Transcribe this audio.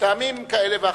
מטעמים כאלה ואחרים,